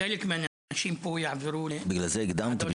חלק מהאנשים פה יעברו --- בגלל זה הקדמתי,